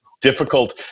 difficult